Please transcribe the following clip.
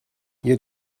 you